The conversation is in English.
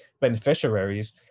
beneficiaries